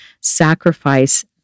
sacrifice